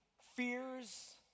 fears